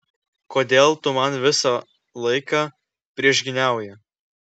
kodėl tu visą laiką man priešgyniauji